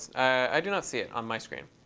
i do not see it on my screen.